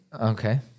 Okay